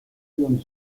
del